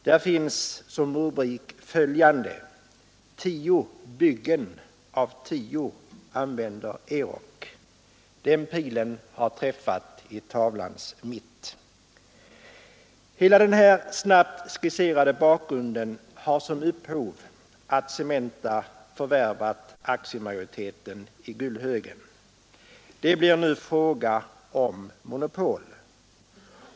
Där finns som rubrik följande: ”10 byggen av 10 använder Euroc”. Den pilen har träffat i tavlans mitt. Hela den här snabbt skisserade bakgrunden har som upphov att Cementa förvärvat aktiemajoriteten i Gullhögen. Det blir nu fråga om monopol.